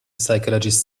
psychologist